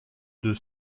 deux